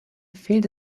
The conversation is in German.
fehlt